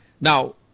Now